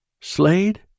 Slade